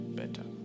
better